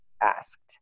asked